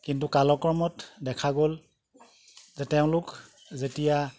কিন্তু কালক্ৰমত দেখা গ'ল যে তেওঁলোক যেতিয়া